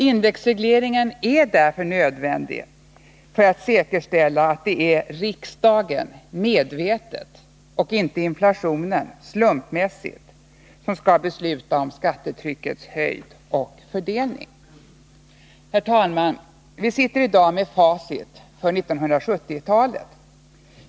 Indexregleringen är därför nödvändig för att säkerställa att det är riksdagen — medvetet — och inte inflationen — slumpmässigt — som skall Nr 54 besluta om skattetryckets höjd och fördelning. Herr talman! Vi sitter i dag med facit för 1970-talet.